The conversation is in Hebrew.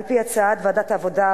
על-פי הצעת ועדת העבודה,